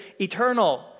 eternal